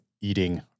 eating